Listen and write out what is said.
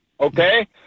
okay